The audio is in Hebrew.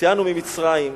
"הוציאנו ממצרים",